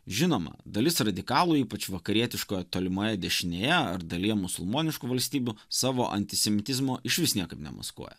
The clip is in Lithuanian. žinoma dalis radikalų ypač vakarietiškoje tolimoje dešinėje ar dalyje musulmoniškų valstybių savo antisemitizmo išvis niekaip nemaskuoja